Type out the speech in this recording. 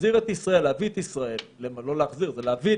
ולהחזיר את ישראל זה לא להחזיר אלא להביא,